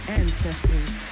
ancestors